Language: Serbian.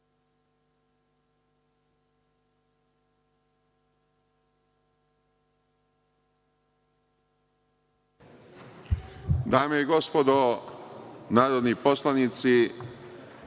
Dame i gospodo narodni poslanici,